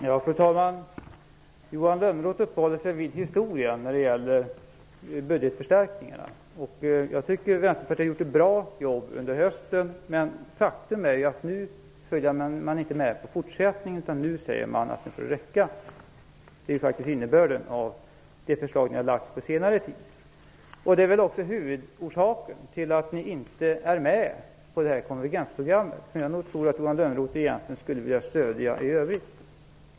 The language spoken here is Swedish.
Fru talman! Johan Lönnroth uppehåller sig vid historia när det gäller budgetförstärkningarna. Jag tycker att Vänsterpartiet har gjort ett bra jobb under hösten, men faktum är att ni nu inte följer med på fortsättningen utan säger att det får räcka. Det är faktiskt innebörden av de förslag ni har lagt fram på senare tid. Det är nog också huvudorsaken till att ni inte ställer upp på det här konvergensprogrammet, som jag nog tror att Johan Lönnroth egentligen skulle vilja stödja i övrigt.